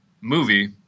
movie